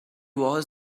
was